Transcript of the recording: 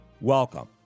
Welcome